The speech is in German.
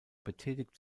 betätigt